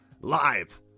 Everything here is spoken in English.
live